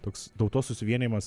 toks tautos susivienijimas